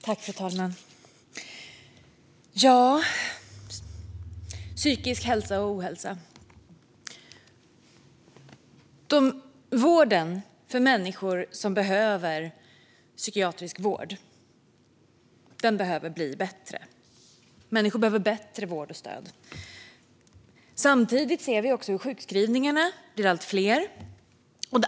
Fru talman! När det gäller psykisk hälsa och ohälsa måste vården för människor som behöver psykiatrisk vård bli bättre. Människor behöver bättre vård och stöd. Samtidigt ser vi hur sjukskrivningarna blir allt fler.